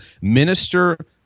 minister